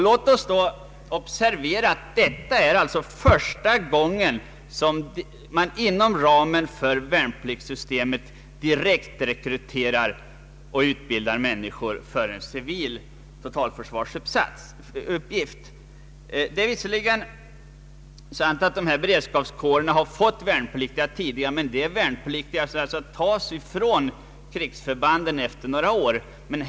Låt oss observera att detta är första gången som man inom ramen för värnpliktssystemet direktrekryterar och utbildar människor för en civil totalförsvarsuppgift. Det är visserligen sant att dessa beredskapskårer har fått värnpliktiga tidigare, men det är sådana som har tagits från krigsmaktens förband efter några års tjänstgöring.